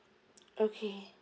okay